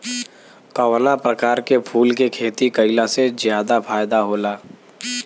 कवना प्रकार के फूल के खेती कइला से ज्यादा फायदा होला?